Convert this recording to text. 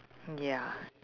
mm ya